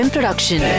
Production